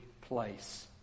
place